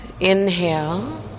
Inhale